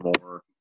more